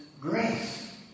Grace